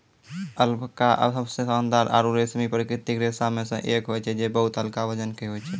alpaca सबसें शानदार आरु रेशमी प्राकृतिक रेशा म सें एक होय छै जे बहुत हल्का वजन के होय छै